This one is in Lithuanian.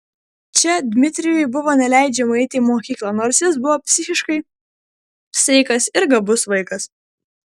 čia dmitrijui buvo neleidžiama eiti į mokyklą nors jis buvo psichiškai sveikas ir gabus vaikas